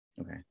Okay